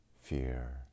fear